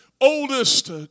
oldest